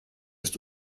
ist